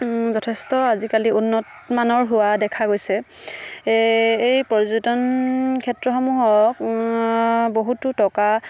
যথেষ্ট আজিকালি উন্নতমানৰ হোৱা দেখা গৈছে এই পৰ্যটন ক্ষেত্ৰসমূহক বহুতো টকা